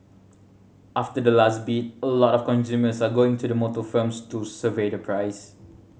after the last bid a lot of consumers are going to the motor firms to survey the price